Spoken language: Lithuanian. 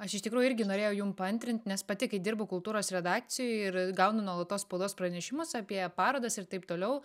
aš iš tikrųjų irgi norėjau jum paantrint nes pati kai dirbu kultūros redakcijoj ir gaunu nuolatos spaudos pranešimus apie parodas ir taip toliau